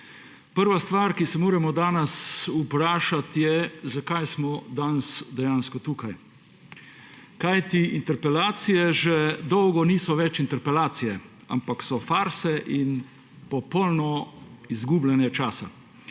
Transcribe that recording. Prva stvar, o kateri se moramo danes vprašati, je, zakaj smo danes dejansko tukaj. Kajti interpelacije že dolgo niso več interpelacije, ampak so farse in popolno izgubljanje časa.